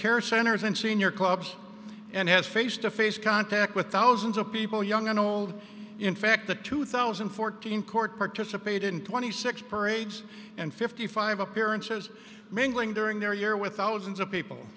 care centers and senior clubs and has face to face contact with thousands of people young and old in fact the two thousand and fourteen court participated in twenty six parades and fifty five appearances mingling during their year with thousands of people